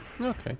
Okay